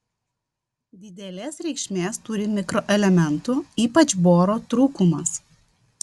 didelės reikšmės turi mikroelementų ypač boro trūkumas